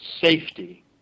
safety